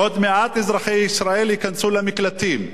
עוד מעט אזרחי ישראל ייכנסו למקלטים.